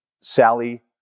Sally